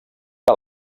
que